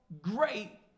Great